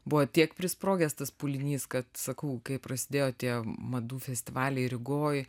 buvo tiek prisprogęs tas pūlinys kad sakau kai prasidėjo tie madų festivaliai rygoj